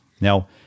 Now